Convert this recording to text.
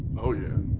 oh yeah,